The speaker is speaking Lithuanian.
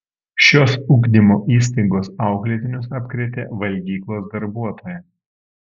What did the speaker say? šios ugdymo įstaigos auklėtinius apkrėtė valgyklos darbuotoja